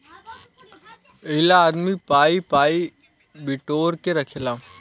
एहिला आदमी पाइ पाइ बिटोर के रखेला